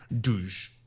douche